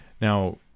Now